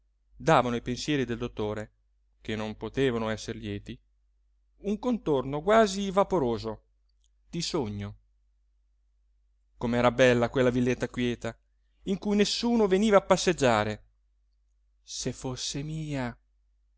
davano ai pensieri del dottore che non potevano esser lieti un contorno quasi vaporoso di sogno com'era bella quella villetta quieta in cui nessuno veniva a passeggiare se fosse mia